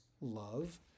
love